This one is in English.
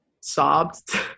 sobbed